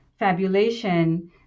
fabulation